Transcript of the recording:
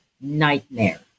nightmare